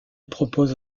propose